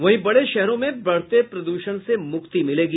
वहीं बड़े शहरों में बढ़ते प्रदूषण से मुक्ति मिलेगी